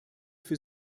für